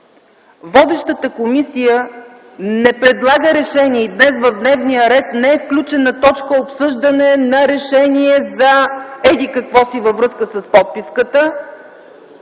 водещата комисия не предлага решение. Днес в дневния ред не е включена точка „Обсъждане на решение за еди какво си във връзка с подписката”.